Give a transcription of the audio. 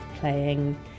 playing